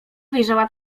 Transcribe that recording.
wyjrzała